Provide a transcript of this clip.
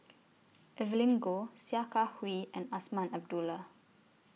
Evelyn Goh Sia Kah Hui and Azman Abdullah